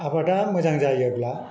आबादा मोजां जायोब्ला